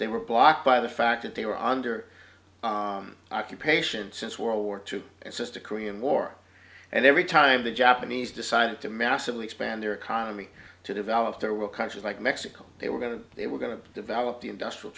they were blocked by the fact that they were under occupation since world war two and sister korean war and every time the japanese decided to massively expand their economy to develop there were countries like mexico they were going to they were going to develop the industrial